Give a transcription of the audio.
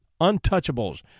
untouchables